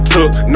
took